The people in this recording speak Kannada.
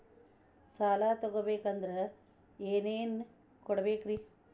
ಸಾಲ ತೊಗೋಬೇಕಂದ್ರ ಏನೇನ್ ಕೊಡಬೇಕ್ರಿ?